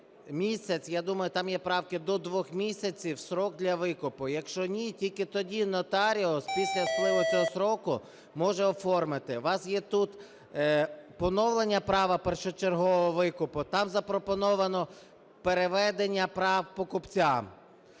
я думаю, там є правки до 2 місяців строк для викупу, якщо ні, тільки тоді нотаріус після спливу цього строку може оформити. У вас є тут поновлення права першочергового викупу, там запропоновано переведення прав покупця.